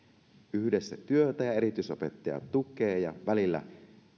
yhdessä työtä ja erityisopettaja tukee ja välillä